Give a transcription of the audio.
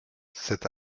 cet